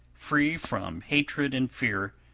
free from hatred and fear,